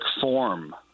form